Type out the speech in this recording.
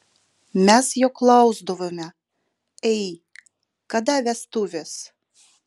mes jo klausdavome ei kada vestuvės